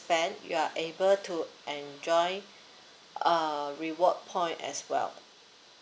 spend you are able to enjoy uh reward point as well